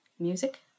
Music